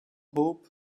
hope